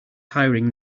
hiring